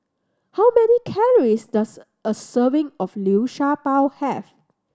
how many calories does a serving of Liu Sha Bao have